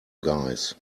guys